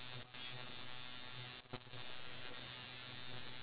like from this day back into the past